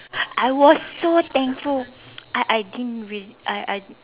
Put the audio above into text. I was so thankful I I didn't really I I